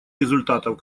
результатов